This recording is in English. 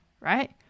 Right